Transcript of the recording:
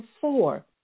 four